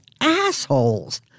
assholes